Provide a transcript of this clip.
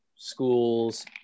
schools